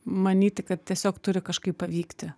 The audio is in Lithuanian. manyti kad tiesiog turi kažkaip pavykti